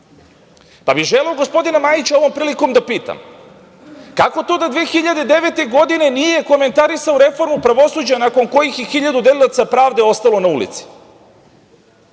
bih gospodina Majića ovom prilikom da pitam kako to da 2009. godine nije komentarisao reformu pravosuđa nakon kojih je hiljadu delilaca pravde ostalo na ulici?